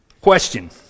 Question